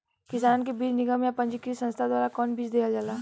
किसानन के बीज निगम या पंजीकृत संस्था द्वारा कवन बीज देहल जाला?